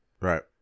Right